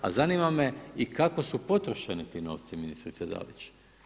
A zanima me i kako su potrošeni ti novci ministrice Dalić?